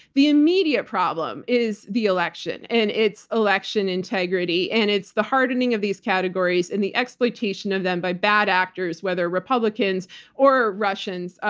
the immediate problem is the election and it's election integrity, and it's the hardening of these categories and the exploitation of them by bad actors, whether republicans or russians,